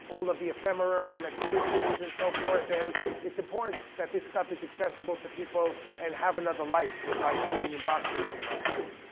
all of the ephemera from exhibitions and so forth. and it's important that this stuff is accessible to people, and have another life besides sitting in boxes in my house.